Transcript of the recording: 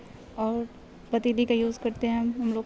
اور پتیلی کا یوز کرتے ہیں ہم لوگ